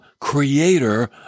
creator